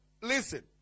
Listen